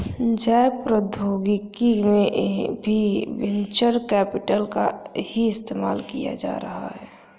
जैव प्रौद्योगिकी में भी वेंचर कैपिटल का ही इस्तेमाल किया जा रहा है